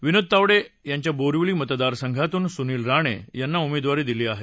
विनोद तावडे यांच्या बोरीवली मतदारसंघातून सुनील राणे यांना उमेदवारी दिली आहे